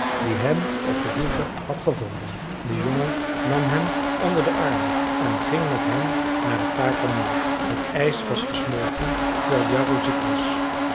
die hem op de hoeve had gevonden de jongen nam hem onder den arm en ging met hem naar het takermeer het ijs was gesmolten terwijl jarro ziek was